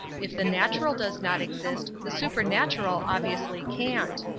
if the natural does not exist the supernatural obviously can't.